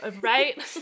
right